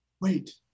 Wait